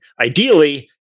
ideally